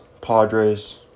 Padres